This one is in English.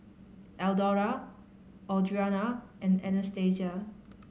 Eldora Audriana and Anastasia